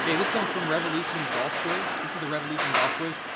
yeah this comes from revolution golf quiz. this is the revolution golf quiz.